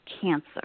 cancer